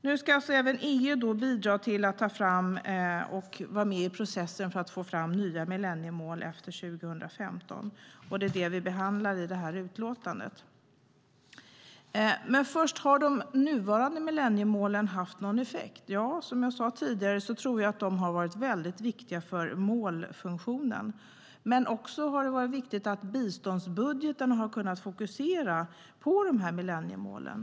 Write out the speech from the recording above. Nu ska även EU vara med i processen att ta fram nya millenniemål efter 2015. Det är de frågorna vi behandlar i utlåtandet. Har de nuvarande millenniemålen haft någon effekt? Precis som jag har sagt tidigare tror jag att de har varit viktiga för målfunktionen. Det har också varit viktigt att biståndsbudgeterna har fokuserat på millenniemålen.